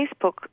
Facebook